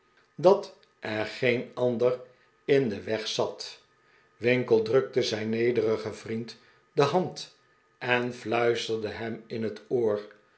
dat er geen ander in den weg zat winkle drukte zijn nederigen vriend de hand en fluisterde hem in het oor